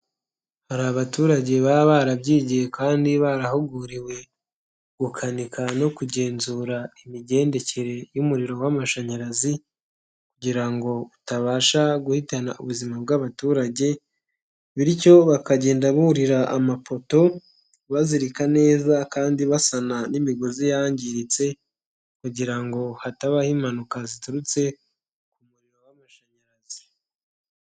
Hari abaturage baba barabyigiye kandi barahuguriwe, gukanika no kugenzura imigendekere y'umuriro w'amashanyarazi, kugira ngo utabasha guhitana ubuzima bw'abaturage, bityo bakagenda burira amapoto, bazirika neza kandi basana n'imigozi yangiritse, kugira ngo hatabaho impanuka ziturutse ku muriro w'amashanyarazi.